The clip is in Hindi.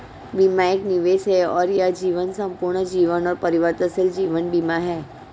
बीमा एक निवेश है और यह जीवन, संपूर्ण जीवन और परिवर्तनशील जीवन बीमा है